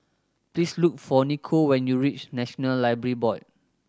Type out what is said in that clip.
please look for Nico when you reach National Library Board